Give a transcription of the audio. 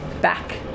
back